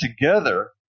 together